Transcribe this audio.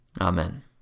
Amen